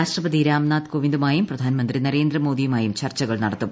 രാഷ്ട്രപതി രാംനാഥ് കോവിന്ദുമായും പ്രധാന മന്ത്രി നരേന്ദ്രമോദിയുമായും ചർച്ചകൾ നടത്തും